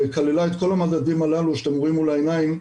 כללה את כל המדדים הללו שאתם רואים מול העיניים,